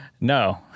No